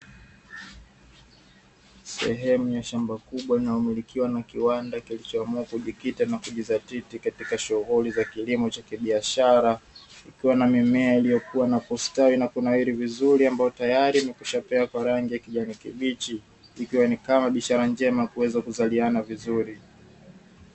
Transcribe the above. Sehemu ya shamba kubwa linalomilikiwa na kiwanda kilichoamua kujikita na kujidhatiti katika shughuli za kilimo cha kibiashara, ikiwa na mimea iliyokua na kustawi na kunawiri vizuri ambayo tayari yamekwisha kupata rangi ya kijani kibichi, ikiwa kama ni biashara njema ya kuweza kuzaliana vizuri.